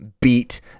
beat